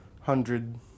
hundred